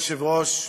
אדוני היושב-ראש,